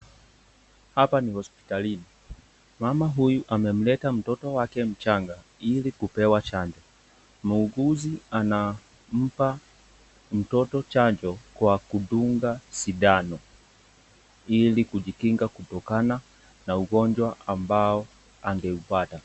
Hapa ni hospitalini. Mama huyu amemleta mtoto wake mchanga ili kupewa chanjo. Muuguzi anampa mtoto chanjo kwa kudunga sindano ili kujinga kutokana na ugonjwa ambao angeupata.